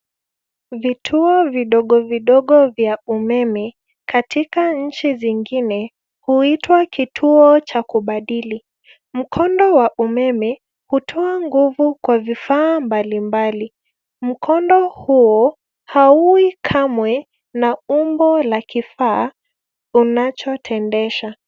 Vituo vidogo vidogo vya umeme katika nchi zingine huitwa kituo cha kubadili. Mkondo wa umeme hutoa nguvu kwa vifaa mbalimbali. Mkondo huo haui kamwe na umbo la kifaa unachotendesha.